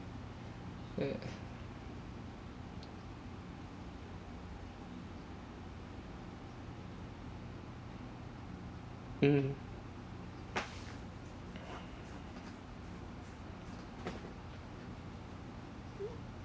err uh mm